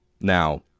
Now